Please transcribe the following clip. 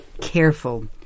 careful